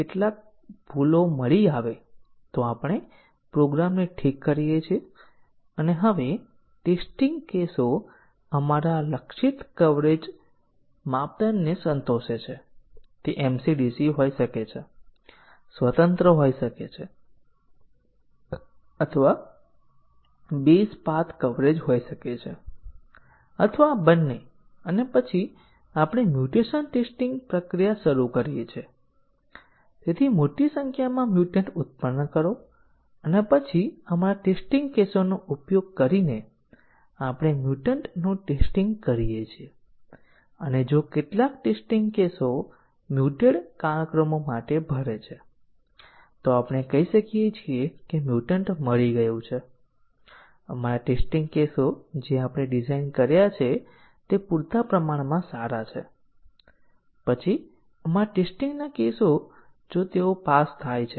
આપણે આધાર પાથ કવરેજને જોયું અને ચર્ચા કરી હતી જેને આપણે ફક્ત પાથ કવરેજ તરીકે ઓળખીએ છીએ અને કેટલીકવાર તેને સાહિત્યમાં સ્વતંત્ર પાથ કવરેજ પણ કહેવામાં આવે છે અને પછી આપણે મલ્ટીપલ કન્ડીશન કવરેજ જોયું હતું જે MCDC કવરેજ કરતાં વધુ મજબૂત છે પરંતુ પછી આપણે કહ્યું મલ્ટીપલ કન્ડીશન કવરેજ મોટી સંખ્યામાં ટેસ્ટીંગ કેસોમાં પરિણમી શકે છે